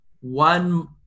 one